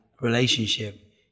relationship